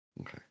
Okay